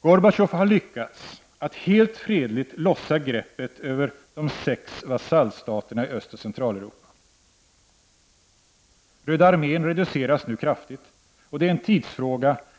Gorbatjov har lyckats att helt fredligt lossa greppet om de sex vasallstaterna i Östoch Centraleuropa. Röda armén reduceras nu kraftigt.